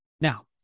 Now